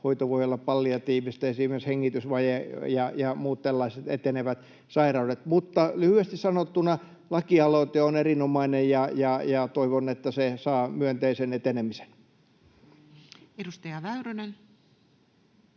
hoito voi olla palliatiivista, esimerkiksi hengitysvaje ja muut tällaiset etenevät sairaudet. Mutta lyhyesti sanottuna: lakialoite on erinomainen, ja toivon, että se saa myönteisen etenemisen. [Speech